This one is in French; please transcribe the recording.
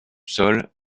sol